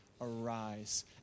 Arise